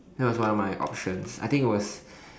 that was one of my options I think it was